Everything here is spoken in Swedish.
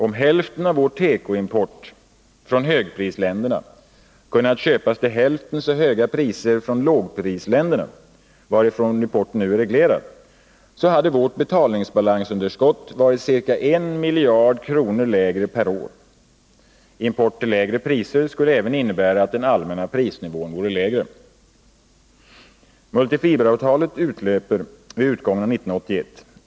Om hälften av vår tekoimport från högprisländerna kunnat köpas till hälften så höga priser från lågprisländer, varifrån importen nu är reglerad, hade vårt betalningsbalansunderskott varit ca 1 miljard kronor lägre per år. Import till lägre priser skulle även innebära att den allmänna prisnivån vore lägre. Multifiberavtalet utlöper vid utgången av 1981.